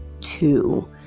two